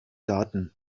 daten